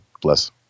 Bless